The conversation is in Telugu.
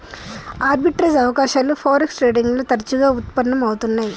ఆర్బిట్రేజ్ అవకాశాలు ఫారెక్స్ ట్రేడింగ్ లో తరచుగా వుత్పన్నం అవుతున్నై